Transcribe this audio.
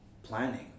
planning